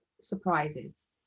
surprises